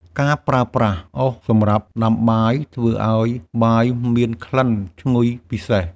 ការប្រើប្រាស់អុសសម្រាប់ដាំបាយ ធ្វើឱ្យបាយមានក្លិនឈ្ងុយពិសេស។